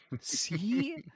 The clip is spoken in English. See